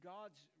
God's